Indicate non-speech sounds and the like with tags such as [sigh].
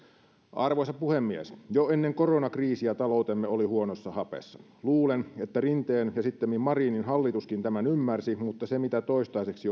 arvoisa puhemies jo ennen koronakriisiä taloutemme oli huonossa hapessa luulen että rinteen ja sittemmin marinin hallituskin tämän ymmärsi mutta se mitä toistaiseksi [unintelligible]